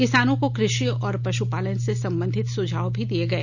किसानों को कृषि और पश्पालन से संबंधित सुझाव भी दिए गए